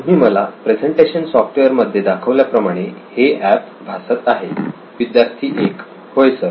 तुम्ही मला presentation software मध्ये दाखवल्या प्रमाणे हे एप भासत आहे विद्यार्थी 1 होय सर